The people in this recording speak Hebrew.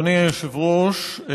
אדוני היושב-ראש,